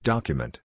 Document